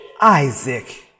Isaac